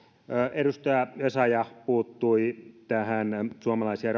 edustaja essayah puuttui siihen että suomalaisia